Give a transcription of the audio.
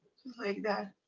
like that.